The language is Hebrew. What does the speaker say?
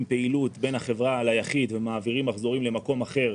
פעילות בין החברה ליחיד ומעבירים מחזורים למקום אחר,